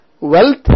wealth